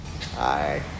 hi